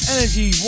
Energy